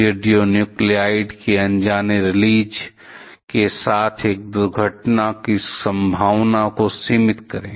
radionuclides के अनजाने release के साथ एक दुर्घटना की संभावना को सीमित करें